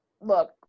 look